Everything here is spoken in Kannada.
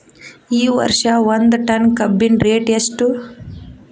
ಈ ವರ್ಷ ಒಂದ್ ಟನ್ ಕಬ್ಬಿನ ರೇಟ್ ಎಷ್ಟು?